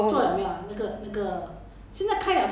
要看吗几时我们我们去看那个 train to busan ah